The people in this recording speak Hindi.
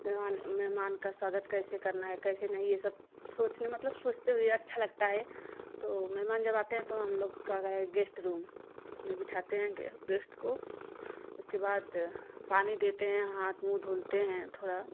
मेहमान मेहमान का स्वागत कैसे करना है कैसे नहीं यह सब सोचने मतलब सोचते हुए अच्छा लगता है तो मेहमान जब आते हैं तो हम लोग का गए गेस्ट रूम तो उसमें बिठाते हैं गेस्ट को उसके बाद पानी देते हैं हाथ मुँह धुलते हैं थोड़ा